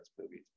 movies